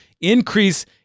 increase